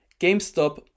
GameStop